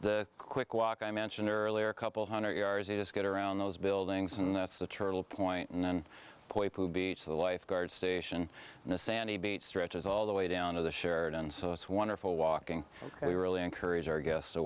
the quick walk i mentioned earlier a couple hundred yards you just get around those buildings and that's the turtle point and poipu beach the lifeguard station and the sandy beach stretches all the way down to the sheraton so it's wonderful walking and we really encourage our guests to